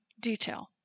detail